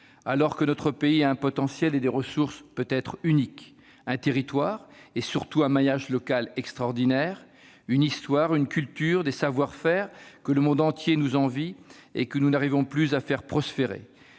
alors que notre pays a un potentiel et des ressources peut-être uniques : un territoire et surtout un maillage local extraordinaires, une histoire, une culture, des savoir-faire que le monde entier nous envie et que nous n'arrivons plus à faire prospérer,